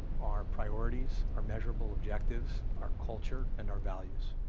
our priorities, our measurable objectives, our culture and our values.